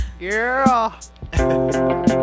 Girl